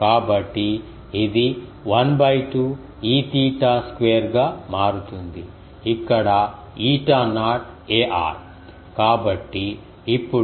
కాబట్టి ఇది 12 Eθ square గా మారుతుంది ఇక్కడ ఈటా నాట్ ar